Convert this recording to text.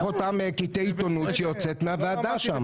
אותם קטעי עיתונות שיוצאים מהוועדה שם.